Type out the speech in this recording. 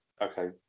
Okay